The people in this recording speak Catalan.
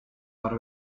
per